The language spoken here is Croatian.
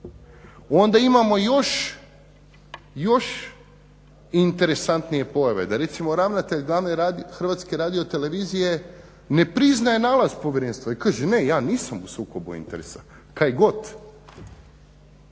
Onda imamo još interesantnije pojave, da recimo ravnatelj glavne Hrvatske radiotelevizije ne priznaje nalaz Povjerenstva i kaže ne, ja nisam u sukobu interesa, kaj got.